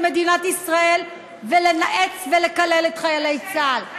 מדינת ישראל ולנאץ ולקלל את חיילי צה"ל?